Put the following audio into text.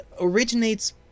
originates